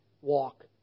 walk